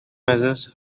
measures